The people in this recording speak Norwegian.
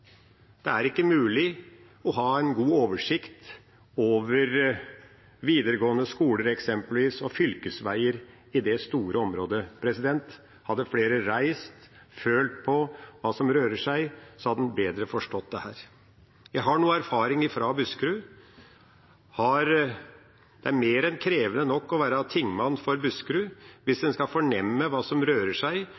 Det er ikke mulig å ha god oversikt over eksempelvis videregående skoler og fylkesveier i det store området. Hadde flere reist og følt på hva som rører seg, hadde en bedre forstått dette. Jeg har noe erfaring fra Buskerud. Det er krevende nok å være tingmann for Buskerud hvis